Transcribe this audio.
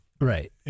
right